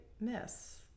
miss